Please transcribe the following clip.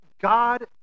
God